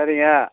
சரிங்க